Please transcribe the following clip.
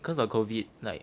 cause of COVID like